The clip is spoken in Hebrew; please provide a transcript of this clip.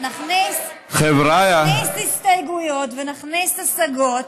נכניס הסתייגויות ונכניס השגות